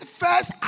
first